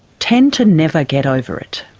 tend to never get over it.